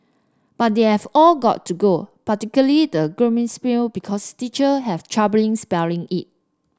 but they have all got to go particularly the glockenspiel because teacher have troubling spelling it